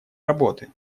работы